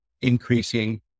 increasing